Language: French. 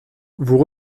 vous